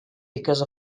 because